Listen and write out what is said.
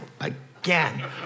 again